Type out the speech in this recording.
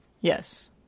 Yes